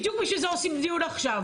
בדיוק בשביל זה עושים דיון עכשיו.